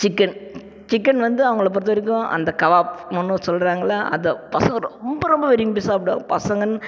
chicken chicken வந்து அவங்களை பொறுத்தவரைக்கும் அந்த கவாப் சொல்கிறாங்கள அதை பசங்கள் ரொம்ப ரொம்ப விரும்பி சாப்பிடுவாங்க பசங்கள்ன்னு